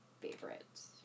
favorites